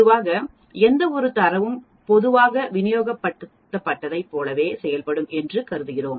பொதுவாக எந்தவொரு தரவும் பொதுவாக விநியோகிக்கப்பட்டதைப் போலவே செயல்படும் என்று கருதுகிறோம்